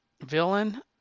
villain